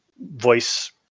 voice